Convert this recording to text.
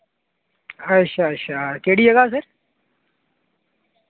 अच्छा अच्छा केह्ड़ी जगह सर